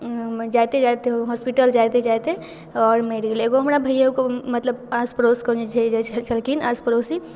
जाइते जाइते उ हॉस्पिटल जाइते जाइते आओर मरि गेलै एगो हमरा भैयाके मतलब आस पड़ोसके जे छलखिन आस पड़ोसी